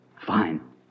Fine